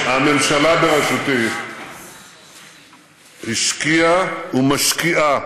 אדוני היושב-ראש, הממשלה בראשותי השקיעה ומשקיעה